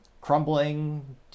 crumbling